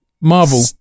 Marvel